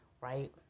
right